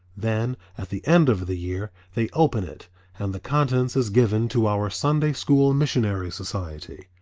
then at the end of the year they open it and the contents is given to our sunday school missionary society.